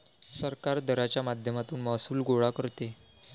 सरकार दराच्या माध्यमातून महसूल गोळा करते